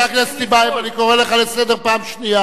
חבר הכנסת טיבייב, אני קורא לך לסדר פעם שנייה.